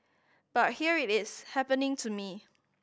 but here it is happening to me